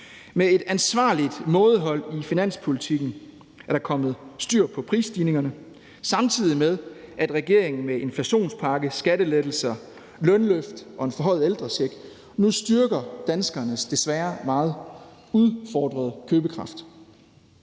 Med et ansvarligt mådehold i finanspolitikken er der kommet styr på prisstigningerne, samtidig med at regeringen med inflationspakke, skattelettelser, lønløft og en forhøjet ældrecheck nu styrker danskernes desværre meget udfordrede købekraft.